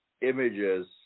images